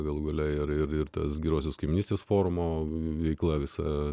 galų gale ir ir tas gerosios kaimynystės forumo veikla visa